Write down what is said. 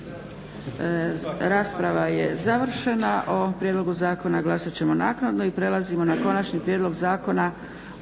Rasprava je završena. O ovom prijedlogu zakona glasat ćemo naknadno **Leko, Josip (SDP)** Konačni prijedlog Zakona